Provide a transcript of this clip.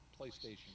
PlayStation